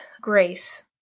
grace